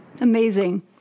amazing